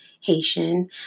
Haitian